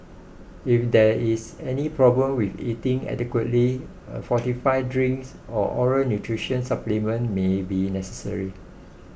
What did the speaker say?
if there is any problem with eating adequately a fortified drinks or oral nutrition supplement may be necessary